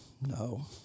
No